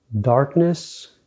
Darkness